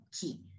key